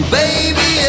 baby